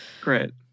Great